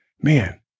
Man